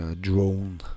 drone